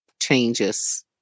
changes